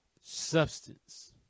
substance